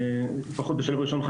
לפחות בשלב ראשון,